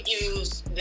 use